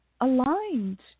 aligned